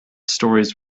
stories